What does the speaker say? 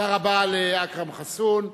תודה רבה לאכרם חסון.